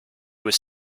was